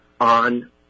on